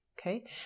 okay